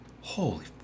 Holy